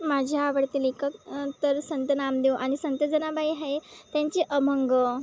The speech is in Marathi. माझे आवडते लेखक तर संत नामदेव आणि संत जनाबाई आहे त्यांचे अमंग